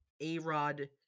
A-Rod